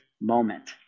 moment